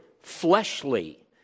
fleshly